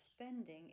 spending